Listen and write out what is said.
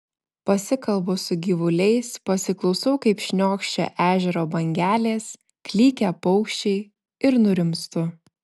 pasikalbu su gyvuliais pasiklausau kaip šniokščia ežero bangelės klykia paukščiai ir nurimstu